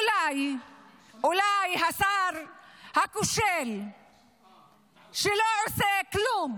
אולי השר הכושל שלא עושה כלום